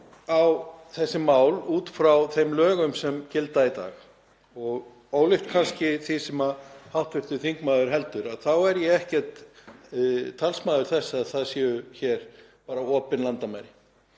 á þessi mál út frá þeim lögum sem gilda í dag og ólíkt kannski því sem hv. þingmaður heldur þá er ég ekki talsmaður þess að það séu hér bara opin landamæri.